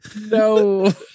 No